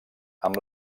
amb